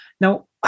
Now